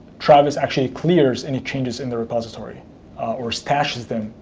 travis actually clears any changes in the repository or stashes them,